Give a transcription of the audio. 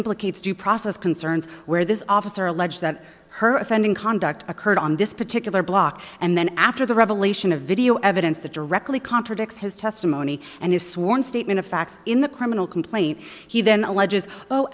implicates due process concerns where this officer alleged that her offending conduct occurred on this particular block and then after the revelation of video evidence that directly contradicts his testimony and his sworn statement of facts in the criminal complaint he then alleges oh